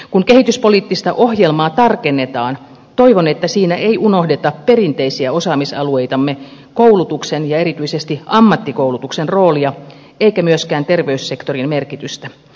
kun kehityspoliittista ohjelmaa tarkennetaan toivon että siinä ei unohdeta perinteisiä osaamisalueitamme koulutuksen ja erityisesti ammattikoulutuksen roolia eikä myöskään terveyssektorin merkitystä